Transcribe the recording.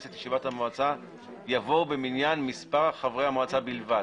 את ישיבת המועצה יבוא במניין מספר חברי המועצה בלבד.